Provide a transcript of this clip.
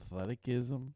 athleticism